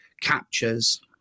captures